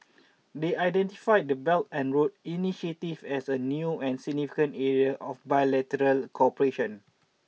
they identified the Belt and Road initiative as a new and significant area of bilateral cooperation